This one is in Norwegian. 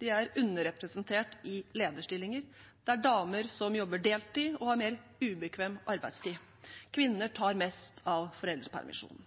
De er underrepresentert i lederstillinger. Det er damer som jobber deltid og har mer ubekvem arbeidstid. Kvinner tar mest av foreldrepermisjonen.